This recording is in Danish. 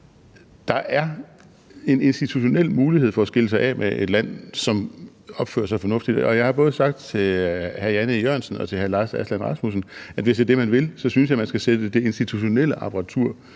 Der er en institutionel mulighed for at skille sig af med et land, som opfører sig fornuftigt, og jeg har både sagt til hr. Jan E. Jørgensen og til hr. Lars Aslan Rasmussen, hvis det er det, man vil, så synes jeg man skal sætte det institutionelle apparatur